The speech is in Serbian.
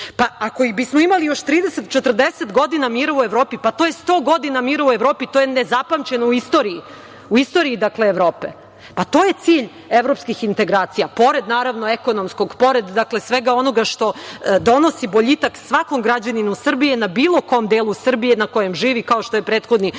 uniji. Ako bismo imali još 30-40 godina mira u Evropi, pa to je sto godina mira u Evropi, to je nezapamćeno u istoriji Evropi. To je cilj evropskih integracija, pored naravno ekonomskog, pored svega onoga što donosi boljitak svakom građaninu Srbiju na bilo kom delu Srbije na kojem živi, kao što je prethodni